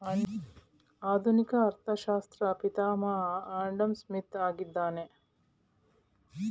ಆಧುನಿಕ ಅರ್ಥಶಾಸ್ತ್ರ ಪಿತಾಮಹ ಆಡಂಸ್ಮಿತ್ ಆಗಿದ್ದಾನೆ